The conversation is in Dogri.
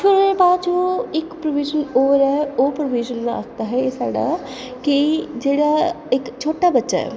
ते ओह्दे बाद ओह् इक्क प्रोविज़न होर ऐ ओह् प्रोविज़न ऐ की जेह्ड़ा इक्क छोटा बच्चा ऐ